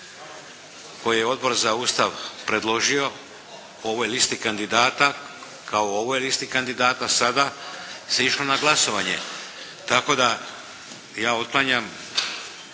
koji je Odbor za Ustav predložio u ovoj listi kandidata kao u ovoj listi kandidata sada se išlo na glasovanje. Tako da je otklanjam